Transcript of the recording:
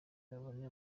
babone